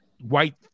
white